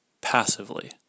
passively